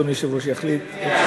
אדוני היושב-ראש יחליט.